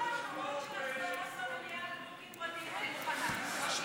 הצבעות במליאה על חוקים פרטיים אני מוכנה.